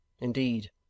Indeed